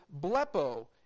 blepo